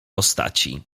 postaci